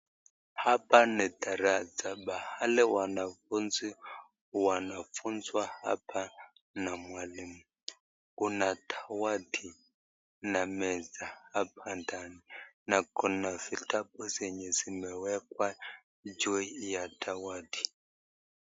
Hapa ni darasa pahali wanafuzi wanafuzwa hapa na mwalimu. Kuna dawati na meza hapa ndani na kuna vitabu zenye zimewekwa juu ya dawati.